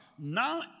now